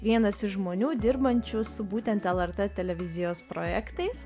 vienas iš žmonių dirbančių su būtent lrt televizijos projektais